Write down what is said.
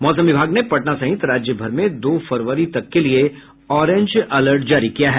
मौसम विभाग ने पटना सहित राज्यभर में दो फरवरी तक के लिये ऑरेंज अलर्ट जारी किया है